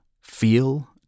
feel